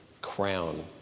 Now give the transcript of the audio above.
crown